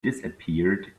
disappeared